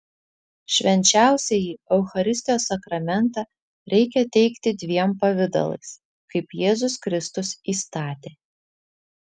švenčiausiąjį eucharistijos sakramentą reikia teikti dviem pavidalais kaip jėzus kristus įstatė